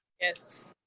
Yes